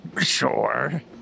Sure